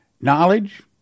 Knowledge